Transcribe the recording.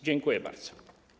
Dziękuję bardzo.